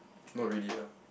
not really lah